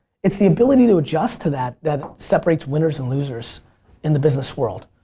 it's the ability to adjust to that that separates winners and losers in the business world.